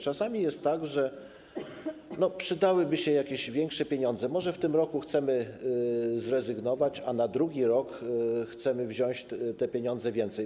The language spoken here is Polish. Czasami jest tak, że przydałyby się jakieś większe pieniądze - może w tym roku chcemy zrezygnować, a na drugi rok chcemy wziąć ich więcej.